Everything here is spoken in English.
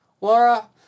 Laura